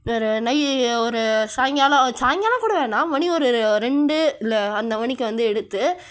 ஒரு நைய் ஒரு சாயங்காலம் சாயங்காலம் கூட வேணாம் மணி ஒரு ரெண்டு இல்லை அந்த மணிக்கு வந்து எடுத்து